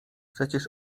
przecież